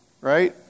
Right